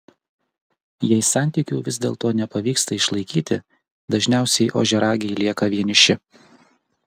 jei santykių vis dėlto nepavyksta išlaikyti dažniausiai ožiaragiai lieka vieniši